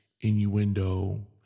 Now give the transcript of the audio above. innuendo